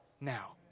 now